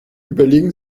überlegen